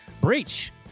Breach